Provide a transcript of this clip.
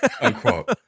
unquote